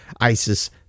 ISIS